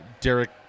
derek